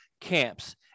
camps